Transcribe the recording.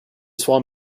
swan